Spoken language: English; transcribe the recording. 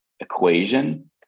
equation